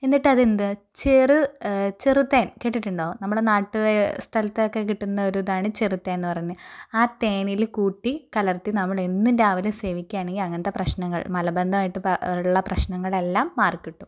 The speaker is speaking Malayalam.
എന്നിട്ട് അത് എന്താ ചെറു ചെറുതേന് കേട്ടിട്ടുണ്ടാകും നമ്മുടെ നാട്ടിൽ വ് സ്ഥലത്തൊക്കെ കിട്ടുന്ന ഒരിതാണ് ചെറുതേന് എന്ന് പറയുന്നത് ആ തേനില് കൂട്ടി കലര്ത്തി നമ്മളെന്നും രാവിലെ സേവിക്കുകയാണെങ്കിൽ അങ്ങനത്തെ പ്രശ്നങ്ങള് മലബന്ധമായിട്ട് പ ഉള്ള പ്രശ്നങ്ങള് എല്ലാം മാറിക്കിട്ടും